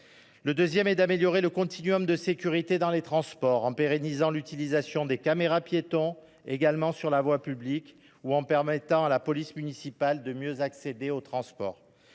deuxièmement, d’améliorer le continuum de sécurité dans les transports en pérennisant l’utilisation des caméras piétons sur la voie publique ou en permettant à la police municipale de mieux accéder aux réseaux